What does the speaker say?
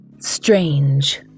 strange